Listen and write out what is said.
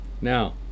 Now